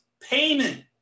payment